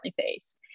face